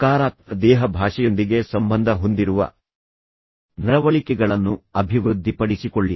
ಸಕಾರಾತ್ಮಕ ದೇಹಭಾಷೆಯೊಂದಿಗೆ ಸಂಬಂಧ ಹೊಂದಿರುವ ನಡವಳಿಕೆಗಳನ್ನು ಅಭಿವೃದ್ಧಿಪಡಿಸಿಕೊಳ್ಳಿ